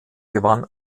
gewann